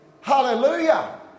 Hallelujah